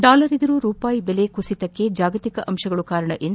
dollar ಎದುರು ರೂಪಾಯಿ ಮೌಲ್ಯ ಕುಸಿತಕ್ಕೆ ಜಾಗತಿಕ ಅಂಶಗಳು ಕಾರಣ ಎಂದು